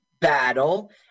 battle